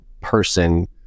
person